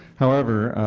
however,